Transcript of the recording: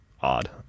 odd